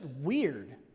weird